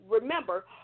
Remember